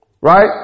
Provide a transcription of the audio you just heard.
right